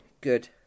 good